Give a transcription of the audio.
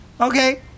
okay